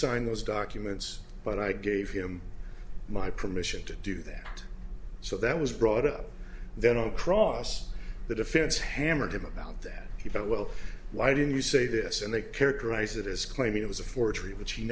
sign those documents but i gave him my permission to do that so that was brought up then across the defense hammered him about that he thought well why didn't you say this and they characterize it as claiming it was a forgery